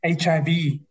HIV